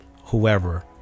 whoever